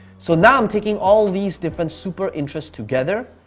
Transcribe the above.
so now i'm taking all these different super interest together,